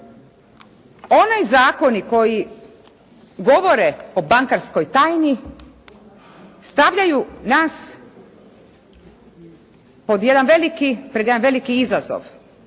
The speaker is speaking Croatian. oni zakoni koji govore o bankarskoj tajni stavljaju nas pred jedan veliki izazov.